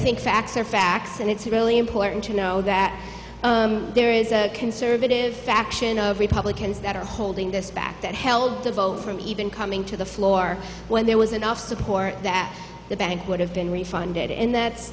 think facts are facts and it's really important to know that there is a conservative faction of republicans that are holding this back that held the vote from even coming to the floor when there was enough support that the bank would have been refunded and that's